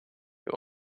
who